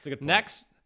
Next